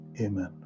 Amen